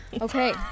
Okay